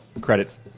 Credits